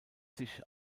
sich